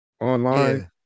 online